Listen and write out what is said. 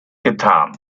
getan